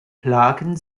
plagen